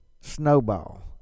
snowball